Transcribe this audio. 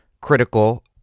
critical